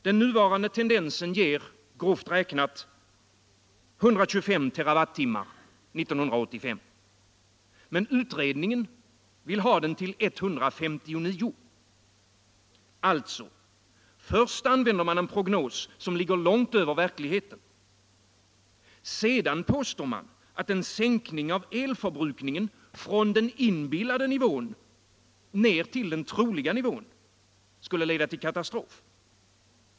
Den nuvarande tendensen ger grovt räknat 125 terawattimmar 1985. Men utredningen vill ha det till 159. Alltså: Först använder man en prognos som ligger långt över verkligheten. Sedan påstår man att en sänkning av elförbrukningen från den inbillade nivån ned till den troliga skulle leda till katastrof.